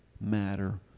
matter